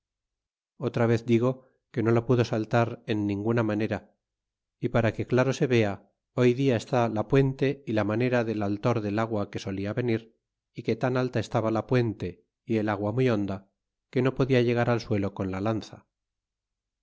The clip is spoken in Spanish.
otra vez digo que no la pudo saltar en ninguna manera y para que claro se vea hoy dia está la puente y la manera del altor del agua que solia venir y que tan alta estaba la puente y el agua muy honda que no podia llegar al suelo con